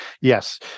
yes